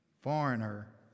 foreigner